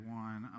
one